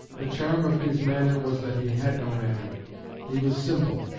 the charm of his manner was that he had no manner he was simple,